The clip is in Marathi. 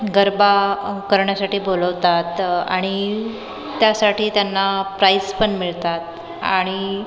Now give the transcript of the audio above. गरबा करण्यासाठी बोलवतात आणि त्यासाठी त्यांना प्राइस पण मिळतात आणि